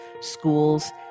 schools